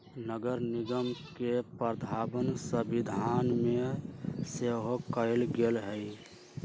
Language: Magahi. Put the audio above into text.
नगरनिगम के प्रावधान संविधान में सेहो कयल गेल हई